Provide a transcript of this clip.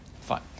Fine